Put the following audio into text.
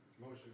Motion